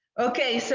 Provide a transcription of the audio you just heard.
okay, so